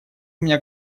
меня